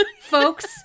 folks